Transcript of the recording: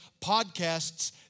podcasts